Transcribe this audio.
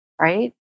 Right